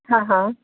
हा हा